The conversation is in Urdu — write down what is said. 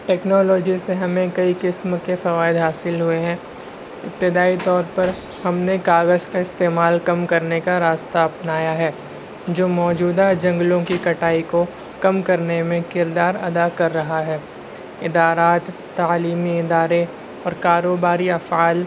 ٹیکنالوجی سے ہمیں کئی قسم کے سوائد حاصل ہوئے ہیں ابتدائی طور پر ہم نے کاغذ کا استعمال کم کرنے کا راستہ اپنایا ہے جو موجودہ جنگلوں کی کٹائی کو کم کرنے میں کردار ادا کر رہا ہے ادارات تعلیمی ادارے اور کاروباری افعال